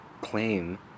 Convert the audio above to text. claim